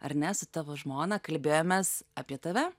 ar ne su tavo žmona kalbėjomės apie tave